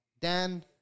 Dan